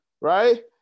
right